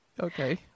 Okay